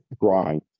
grind